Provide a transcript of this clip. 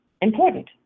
important